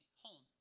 home